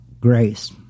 grace